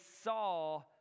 saw